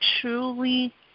truly